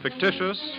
fictitious